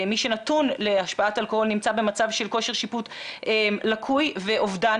מי שנתון להשפעת אלכוהול נמצא במצב של כושר שיפוט לקוי ואובדן